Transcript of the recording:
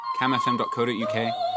camfm.co.uk